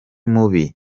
mubi